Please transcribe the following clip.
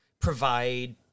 provide